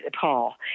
Paul